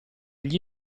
gli